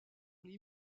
les